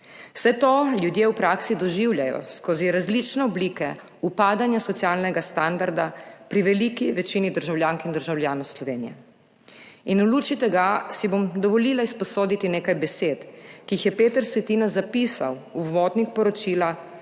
Vse to ljudje v praksi doživljajo skozi različne oblike upadanja socialnegastandarda pri veliki večini državljank in državljanov Slovenije. V luči tega si bom dovolila izposoditi nekaj besed, ki jih je Peter Svetina zapisal v uvodnik poročila